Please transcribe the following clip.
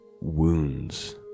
wounds